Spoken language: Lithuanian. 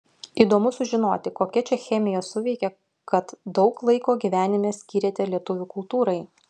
įdomu sužinoti kokia čia chemija suveikė kad daug laiko gyvenime skyrėte lietuvių kultūrai